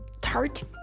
tart